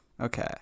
Okay